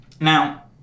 Now